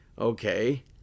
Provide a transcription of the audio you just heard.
Okay